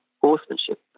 horsemanship